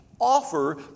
offer